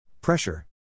Pressure